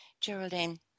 Geraldine